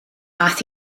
aeth